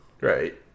right